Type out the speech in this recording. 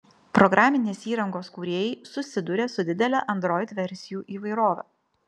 programinės įrangos kūrėjai susiduria su didele android versijų įvairove